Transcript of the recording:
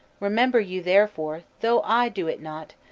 remember you, therefore, though i do it not,